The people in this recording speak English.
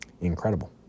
incredible